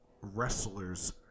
wrestlers